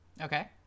Okay